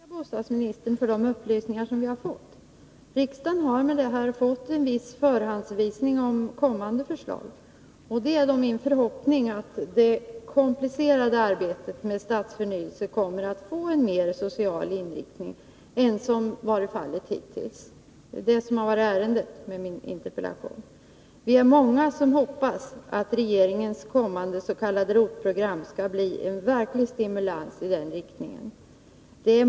Herr talman! Jag vill bara tacka bostadsministern för de upplysningar som vi har fått. Riksdagen har härigenom fått en viss förhandsanvisning om kommande förslag, och det är min förhoppning att det komplicerade arbetet med stadsförnyelse kommer att få en mer social inriktning än vad fallet varit hittills. Det var det som var avsikten med min interpellation. Vi är många som hoppas att regeringens kommande s.k. ROT-program skall bli en verklig stimulans i den riktningen.